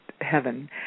heaven